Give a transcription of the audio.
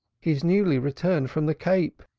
he is newly returned from the cape.